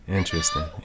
Interesting